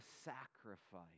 sacrifice